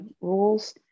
rules